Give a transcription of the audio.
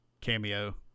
cameo